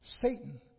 Satan